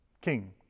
king